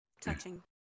touching